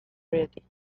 ready